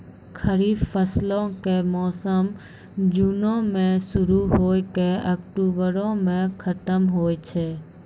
खरीफ फसलो के मौसम जूनो मे शुरु होय के अक्टुबरो मे खतम होय छै